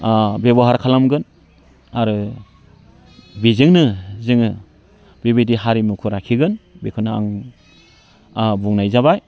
बेबहार खालामगोन आरो बेजोंनो जोङो बेबायदि हारिमुखौ लाखिगोन बेखौनो आं बुंनाय जाबाय